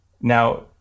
Now